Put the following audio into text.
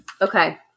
Okay